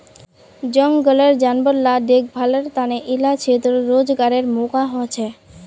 जनगलेर जानवर ला देख्भालेर तने इला क्षेत्रोत रोज्गारेर मौक़ा होछे